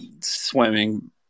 swimming